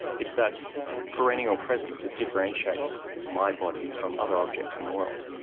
it's that perennial presence that differentiates my body from other objects in the world.